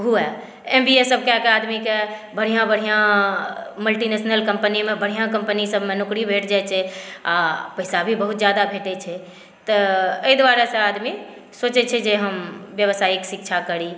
होए M B एसभ कए कऽ आदमीकेॅं बढ़िआँ बढ़िआँ मल्टी नेसनल कम्पनीमे बढ़िआँ कम्पनीसभमे नौकरी भेट जाइ छै आ पैसा भी बहुत ज़्यादा भेटै छै तऽ एहि दुआरेसॅं आदमी सोचै छै जे हम व्यावसायिक शिक्षा करी